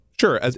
Sure